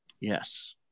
Yes